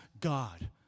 God